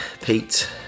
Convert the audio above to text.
Pete